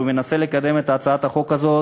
שמנסה לקדם את הצעת החוק הזאת,